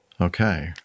Okay